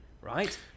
right